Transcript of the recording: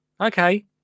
okay